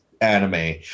anime